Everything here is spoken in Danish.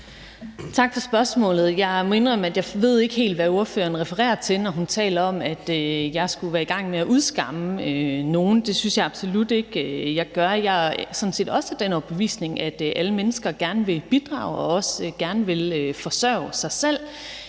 Tak for spørgsmålet. Jeg må indrømme, at jeg ikke helt ved, hvad ordføreren refererer til, når hun taler om, at jeg skulle være i gang med at udskamme nogle. Det synes jeg absolut ikke jeg gør. Jeg er sådan set også af den overbevisning, at alle mennesker gerne vil bidrage og også gerne vil forsørge sig selv.